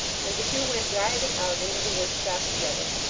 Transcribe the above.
and the two went driving out into the workshop together,